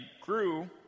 grew